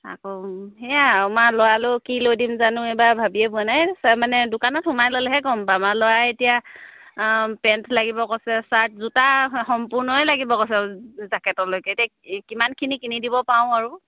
আকৌ সেয়া আৰু আমাৰ ল'ৰালৈও কি লৈ দিম জানো এইবাৰ ভাবিয়েই পোৱা নাই মানে দোকানত সোমাই ল'লেহে গম পাম ল'ৰাই এতিয়া পেণ্ট লাগিব কৈছে চাৰ্ট জোতা সম্পূৰ্ণই লাগিব কৈছে জাকেটলৈকে এতিয়া কিমানখিনি কিনি দিব পাৰো আৰু